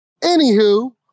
Anywho